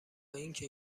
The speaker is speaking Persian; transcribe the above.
اینکه